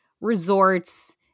resorts